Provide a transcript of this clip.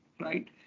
right